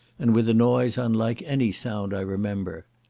and with a noise unlike any sound i remember.